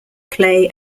play